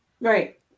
Right